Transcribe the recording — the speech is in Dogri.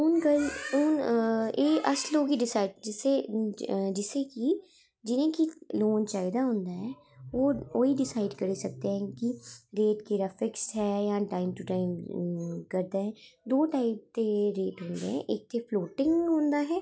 हून एह् लोग गै डिसाईड़ जैसे कि जिनेंगी लोन चाही दा होंदा ऐ ओह् गै डीसाईड़ करी सकदे ऐं कि रेट फिक्सड ऐ जां टाईम टू टाईम करदा ऐ दो टाईम दे रेट होंदे ऐं इक ते फलोटिंग होंदा ऐ